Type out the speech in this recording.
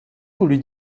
voulu